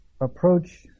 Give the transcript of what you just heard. approach